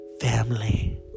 family